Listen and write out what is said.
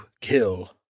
kill